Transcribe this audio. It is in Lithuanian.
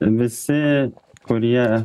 visi kurie